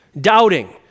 doubting